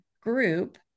group